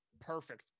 perfect